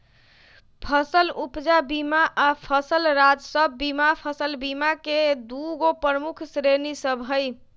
फसल उपजा बीमा आऽ फसल राजस्व बीमा फसल बीमा के दूगो प्रमुख श्रेणि सभ हइ